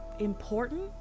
important